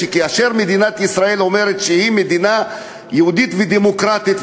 כאשר מדינת ישראל אומרת שהיא מדינה יהודית ודמוקרטית,